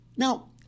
Now